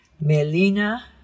Melina